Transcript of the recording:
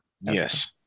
Yes